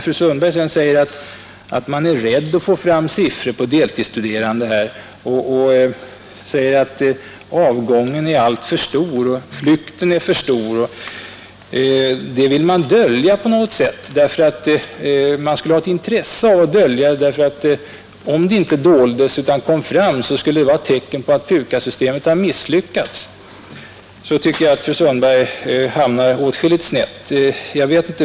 Fru Sundberg säger sedan att man skulle vara rädd för att få fram siffror över antalet deltidsstuderande. Hon menar att avhoppen är för många, flykten är för stor, och att man vill dölja detta. Man skulle ha ett intresse av att dölja det, ty om det kom fram, skulle det vara tecken på att PUKAS-systemet misslyckats. Jag tycker att fru Sundberg hamnar åtskilligt snett i detta resonemang.